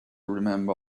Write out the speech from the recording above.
remember